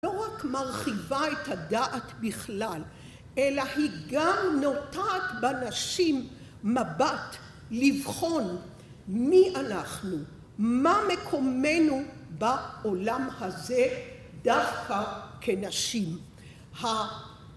היא לא רק מרחיבה את הדעת בכלל, אלא היא גם נוטעת בנשים מבט לבחון מי אנחנו, מה מקומנו בעולם הזה דווקא כנשים.